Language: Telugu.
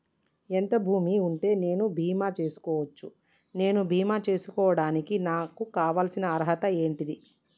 ఎంత భూమి ఉంటే నేను బీమా చేసుకోవచ్చు? నేను బీమా చేసుకోవడానికి నాకు కావాల్సిన అర్హత ఏంటిది?